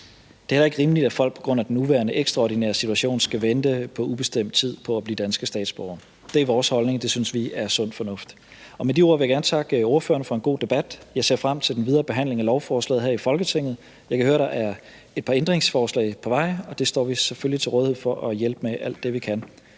heller ikke rimeligt, at folk på grund af den nuværende ekstraordinære situation skal vente på ubestemt tid på at blive danske statsborgere. Det er vores holdning, og det synes vi er sund fornuft. Med de ord vil jeg gerne takke ordførerne for en god debat. Jeg ser frem til den videre behandling af lovforslaget her i Folketinget. Jeg kan høre, at der er et par ændringsforslag på vej, og det står vi selvfølgelig til rådighed for at hjælpe med alt det, vi kan.